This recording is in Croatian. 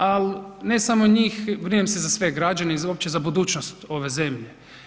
Al ne samo njih, brinem se za sve građane i uopće za budućnost ove zemlje.